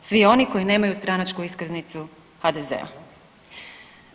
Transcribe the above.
Svi oni koji nemaju stranačku iskaznicu HDZ-a.